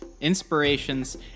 inspirations